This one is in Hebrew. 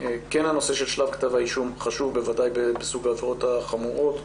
הנושא של שלב כתב האישום חשוב בוודאי בסוג העבירות החמורות.